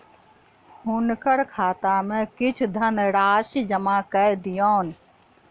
हुनकर खाता में किछ धनराशि जमा कय दियौन